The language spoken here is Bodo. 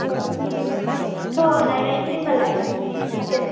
औ थौ नायनायसै होम्बालाय ओंखारदो